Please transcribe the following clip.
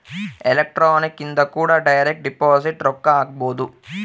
electronic ಇಂದ ಕೂಡ direct deposit ರೊಕ್ಕ ಹಾಕ್ಬೊದು